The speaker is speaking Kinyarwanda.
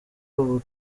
ubu